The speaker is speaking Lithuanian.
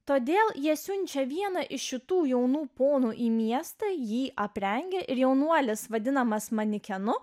todėl jie siunčia vieną iš šitų jaunų ponų į miestą jį aprengia ir jaunuolis vadinamas manekenu